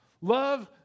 Love